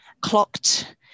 clocked